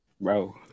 Bro